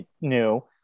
new